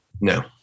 No